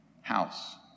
house